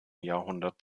jahrhundert